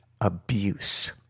abuse